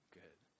good